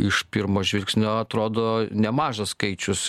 iš pirmo žvilgsnio atrodo nemažas skaičius